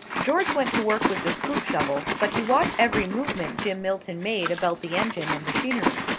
george went to work with the scoop shovel, but he watched every movement jim milton made about the engine and machinery.